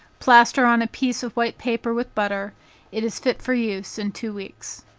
plaster on a piece of white paper with butter it is fit for use in two weeks.